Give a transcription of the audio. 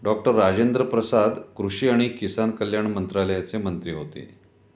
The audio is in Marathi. डॉक्टर राजेन्द्र प्रसाद कृषी आणि किसान कल्याण मंत्रालयाचे मंत्री होते